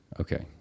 Okay